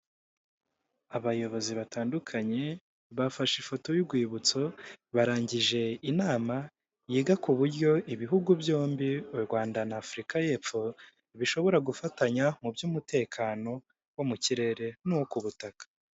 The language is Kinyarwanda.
Abayobozi batandukanye bafashe ifoto y'urwibutso barangije inama yiga ku buryo ibihugu byombi u Rwanda na Afurika y'epfo bishobora gufatanya mu by'umutekano wo mu kirere nuwo ku butaka.